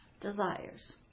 desires